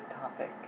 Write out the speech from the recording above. topic